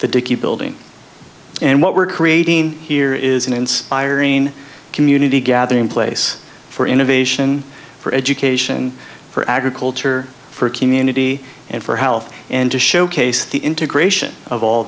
the dickey building and what we're creating here is an inspiring community gathering place for innovation for education for agriculture for community and for health and to showcase the integration of all